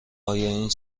این